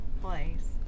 place